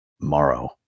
Morrow